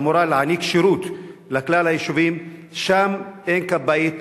שאמורה להעניק שירות לכלל היישובים שם אין כבאית,